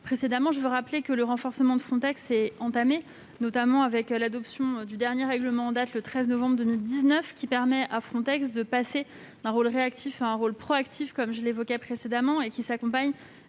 précédemment, je veux rappeler que le renforcement de Frontex est en cours, notamment avec l'adoption du dernier règlement, en date du 13 novembre 2019, qui permet à Frontex de passer d'un rôle réactif à un rôle proactif, et qui s'accompagne